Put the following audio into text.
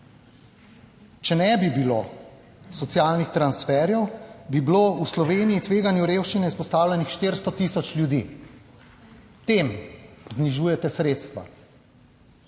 Če ne bi bilo socialnih transferjev, bi bilo v Sloveniji tveganju revščine izpostavljenih 400 tisoč ljudi. Tem znižujete sredstva.